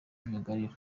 myugariro